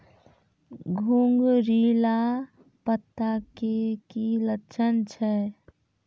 घुंगरीला पत्ता के की लक्छण छै?